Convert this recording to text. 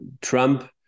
Trump